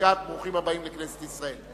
בברכת ברוכים הבאים לכנסת ישראל.